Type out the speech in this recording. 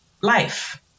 life